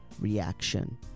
reaction